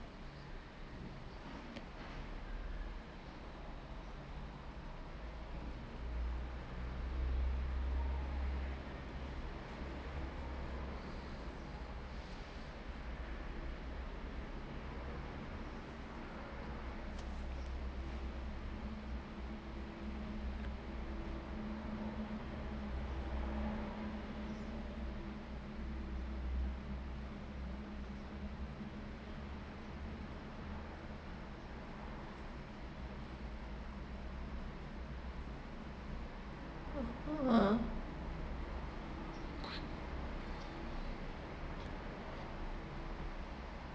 (uh huh)